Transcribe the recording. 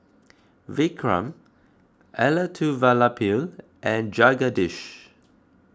Vikram Elattuvalapil and Jagadish